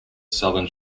southern